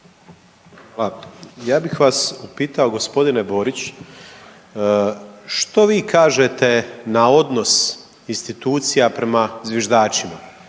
Ja bih vas upitao g. Borić što vi kažete na odnos institucija prema zviždačima,